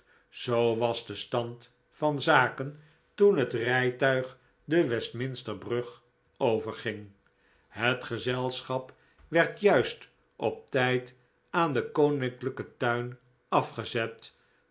zoo was de stand van zaken toen het rijtuig de westminster brug overging het gezelschap werd juist op tijd aan den koninklijken tuin afgezet